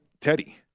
Teddy